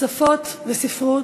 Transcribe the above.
שפות וספרות.